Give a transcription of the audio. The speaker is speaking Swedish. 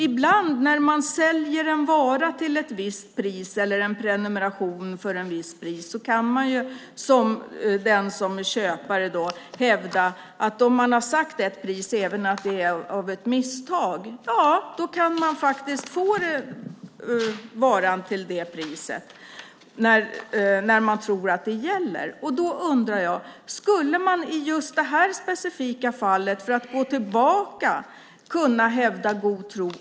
Ibland när en vara eller en prenumeration säljs till ett visst pris kan köparen hävda att om ett pris sagts - även om det sagts av misstag - kan köparen få varan till det priset när man tror att det gäller. Skulle man i just det här specifika fallet, för att gå tillbaka, kunna hävda god tro?